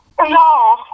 No